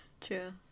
True